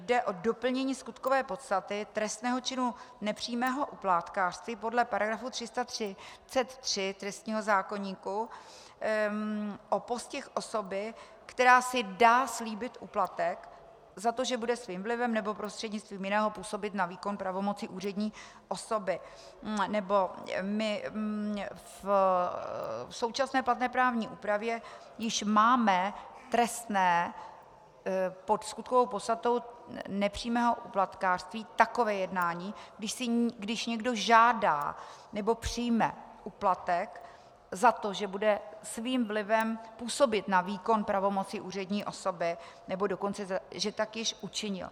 Jde o doplnění skutkové podstaty trestného činu nepřímého úplatkářství podle § 333 trestního zákoníku, o postih osoby, která si dá slíbit úplatek za to, že bude svým vlivem nebo prostřednictvím jiného působit na výkon pravomoci úřední osoby, neboť v současné platné právní úpravě již máme trestné pod skutkovou podstatou nepřímého úplatkářství takové jednání, když někdo žádá nebo přijme úplatek za to, že bude svým vlivem působit na výkon pravomoci úřední osoby, nebo dokonce že tak již učinil.